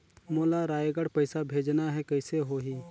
मोला रायगढ़ पइसा भेजना हैं, कइसे होही?